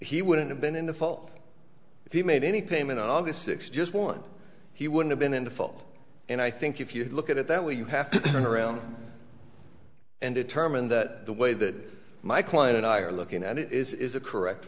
he wouldn't have been in the fall if he made any payment on august sixth just one he would have been in default and i think if you look at it that way you have to turn around and determined that the way that my client and i are looking at it is a correct